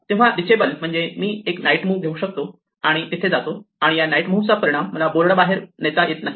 तेव्हा रिचेबल म्हणजेच मी एक नाईट मुव्ह घेऊ शकतो आणि तिथे जातो आणि या नाईट मुव्ह चा परिणाम मला बोर्डा बाहेर नेत नाही